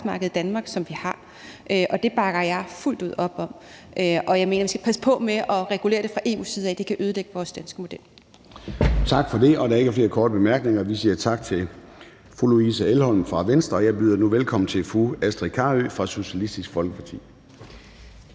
i Danmark, som vi har, og det bakker jeg fuldt ud op om. Og jeg mener, at vi skal passe på med at regulere det fra EU's side; det kan ødelægge vores danske model. Kl. 13:25 Formanden (Søren Gade): Der er ikke flere korte bemærkninger, og vi siger tak til fru Louise Elholm fra Venstre. Jeg byder nu velkommen til fru Astrid Carøe fra Socialistisk Folkeparti.